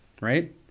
right